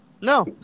No